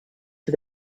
for